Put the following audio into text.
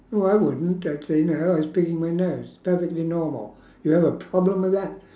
oh I wouldn't I'd say no I was picking my nose perfectly normal you have a problem with that